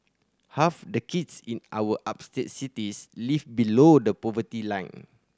half the kids in our upstate cities live below the poverty line